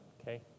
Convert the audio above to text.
okay